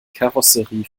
karosserie